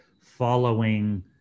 following